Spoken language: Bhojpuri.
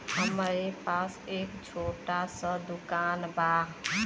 हमरे पास एक छोट स दुकान बा